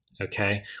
okay